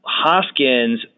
Hoskins